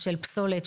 של פסולת ,